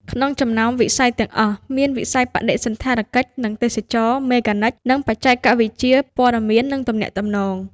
ក្នុងចំណោមវិស័យទាំងអស់ មានវិស័យបដិសណ្ឋារកិច្ចនិងទេសចរណ៍ មេកានិក និងបច្ចេកវិទ្យាព័ត៌មាននិងទំនាក់ទំនង។